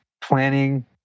planning